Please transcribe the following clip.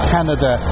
Canada